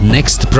Next